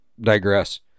digress